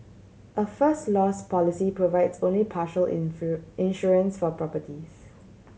a First Loss policy provides only partial insurance for properties